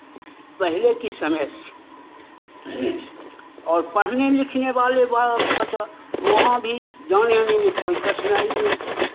पहले की समय से और पढ़ने लिखने वाले बात बचा वहाँ भी जाने आने में कोई कठिनाई नहीं है